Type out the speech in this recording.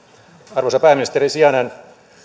arvoisa pääministerin sijainen